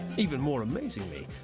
even more amazingly,